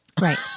right